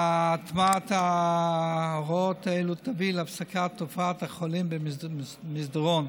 הטמעת הוראות אלה תביא להפסקת תופעת 'החולים במסדרון',